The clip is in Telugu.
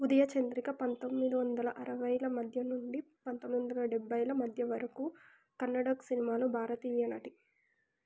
ఉదియ చంద్రిక పంతొమ్మిది వందల అరవైల మధ్య నుండి పంతొమ్మిది వందల డెబ్భైల మధ్య వరకు కన్నడ సినిమాల్లో భారతీయ నటి